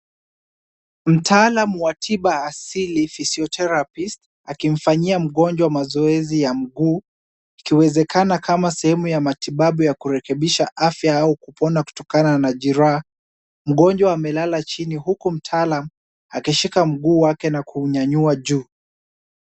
Mtaalam wa tiba asili physiotherapist akimfanyia mgonjwa mazoezi ya mguu, ikiwezekana kama sehemu ya matibabu ya kurekebisha afya au kupona kutokana na jeraha. Mgonjwa amelala chini huku mtaalam akishika mguu wake na kuunyanyua juu.